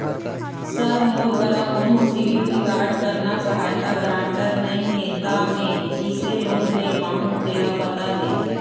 sir मोर करा कोन्हो सिविल रिकॉर्ड करना सहायता गारंटर नई हे ता मे किसे लोन ले पाहुं तेला बता दे